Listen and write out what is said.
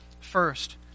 first